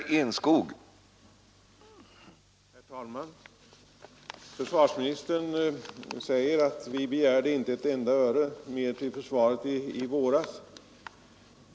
Herr talman! Försvarsministern säger att vi inte begärde ett enda öre mer till försvaret i våras.